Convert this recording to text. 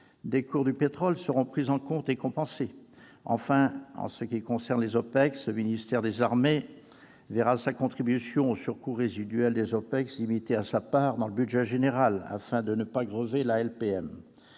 des cours du pétrole seront prises en compte et compensées. Enfin, en ce qui concerne les OPEX, le ministère des armées verra sa contribution à leur surcoût résiduel limitée à sa part dans le budget général afin de ne pas grever la LPM.